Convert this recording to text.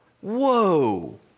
Whoa